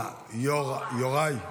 יוראי.